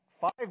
Five